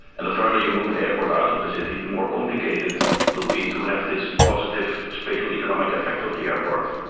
and the further you move airports out of the city, the more complicated it will be to have this positive spatial economic effects of the airport.